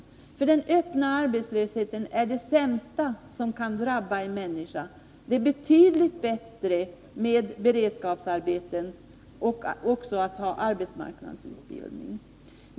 Öppen arbetslöshet är det sämsta som kan drabba en människa. Det är betydligt bättre med beredskapsarbete eller arbetsmarknadsutbildning.